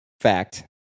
fact